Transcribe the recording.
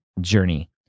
journey